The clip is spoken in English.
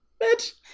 Bitch